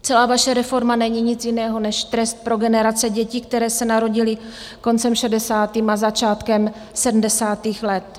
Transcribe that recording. Celá vaše reforma není nic jiného než trest pro generace dětí, které se narodily koncem šedesátých a začátkem sedmdesátých let.